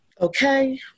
Okay